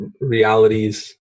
realities